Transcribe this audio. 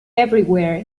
everywhere